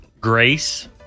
Grace